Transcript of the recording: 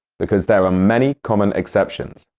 because there are many common exceptions,